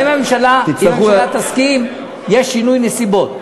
אם הממשלה תסכים, יהיה שינוי נסיבות.